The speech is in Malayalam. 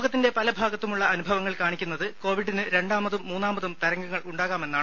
ലോകത്തിന്റെ പലഭാഗത്തുമുള്ള അനുഭവങ്ങൾ കാണിക്കുന്നത് കോവിഡിനു രണ്ടാമതും മൂന്നാമതും തരംഗങ്ങൾ ഉണ്ടാകാം എന്നാണ്